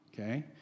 Okay